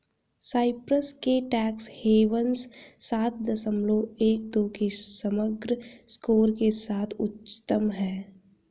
Cyprus के tax havens सात दशमलव एक दो के समग्र स्कोर के साथ उच्चतम हैं